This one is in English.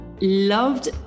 Loved